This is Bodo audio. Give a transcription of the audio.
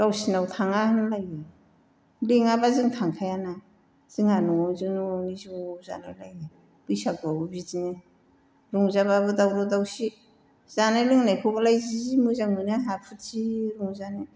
गावसोरनाव थाङा होनलायो लिङाबा जों थांखायाना जोंहा न'आवजों न'आवनि ज' जालायलायो बैसागुआवबो बिदिनो रंजाबाबो दावराव दावसि जानाय लोंनायखौबालाय जि मोजां मोनो आंहा फुरथि रंजानो